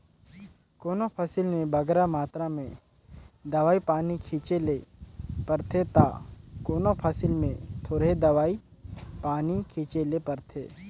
कोनो फसिल में बगरा मातरा में दवई पानी छींचे ले परथे ता कोनो फसिल में थोरहें दवई पानी छींचे ले परथे